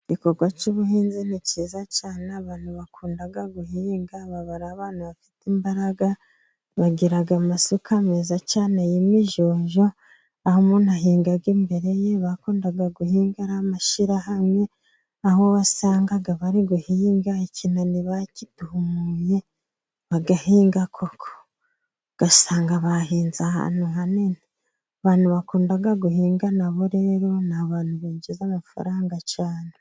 Igikorwa cy'ubuhinzi ni cyiza cyane, abantu bakunda guhinga baba ari abantu bafite imbaraga, bagira amasuka meza cyane y'imijyojyo, aho umuntu ahinga imbere ye, bakundaga guhinga ari amashirahamwe, aho wasangaga bari guhinga ikinani bakidumuye, bagahinga kuko. Ugasanga bahinze ahantu hanini, abantu bakunda guhinga nabo rero, ni abantu binjiza amafaranga cyane.